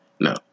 No